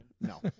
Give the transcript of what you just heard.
No